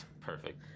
perfect